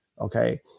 Okay